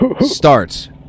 starts